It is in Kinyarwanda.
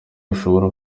bashobora